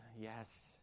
yes